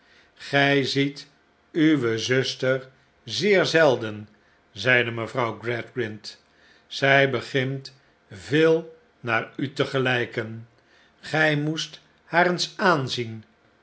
gij ziet uwe zuster zeer zelden zeide mevrouw gradgrind zij begint veel naar u te gelijken gij moest haar eens aanzien